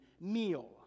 meal